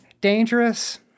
dangerous